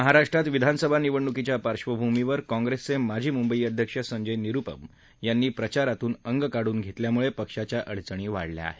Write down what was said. महाराष्ट्रात विधानसभा निवडणुकीच्या पार्बभूमीवर काँग्रेसचे माजी मुंबई अध्यक्ष संजय निरुपम यांनी प्रचारातून अंग काढून घेतल्यामुळं पक्षाच्या अडचणी वाढल्या आहेत